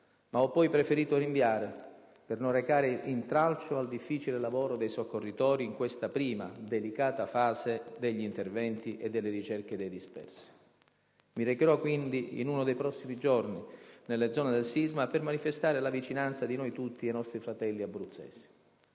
ma ho poi preferito rinviare, per non recare intralcio al difficile lavoro dei soccorritori in questa prima, delicata fase degli interventi e delle ricerche dei dispersi. Mi recherò quindi, in uno dei prossimi giorni, nelle zone del sisma per manifestare la vicinanza di noi tutti ai nostri fratelli abruzzesi.